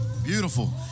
Beautiful